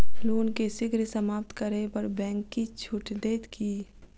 loan केँ शीघ्र समाप्त करै पर बैंक किछ छुट देत की